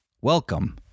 Welcome